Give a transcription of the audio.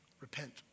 Repent